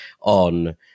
on